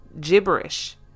gibberish